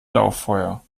lauffeuer